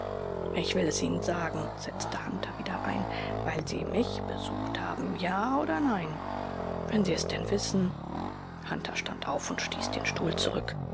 ich will es ihnen sagen setzte hunter wieder ein weil sie mich besucht haben ja oder nein wenn sie es denn wissen hunter stand auf und stieß den stuhl zurück